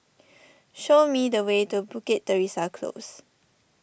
show me the way to Bukit Teresa Close